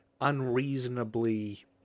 unreasonably